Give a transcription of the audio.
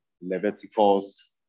Leviticus